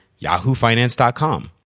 yahoofinance.com